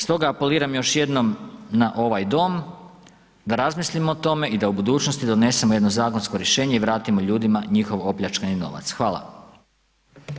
Stoga apeliram još jednom na ovaj dom da razmislimo o tome i da u budućnosti donesemo jedno zakonsko rješenje i vratimo ljudima njihov opljačkani novac, hvala.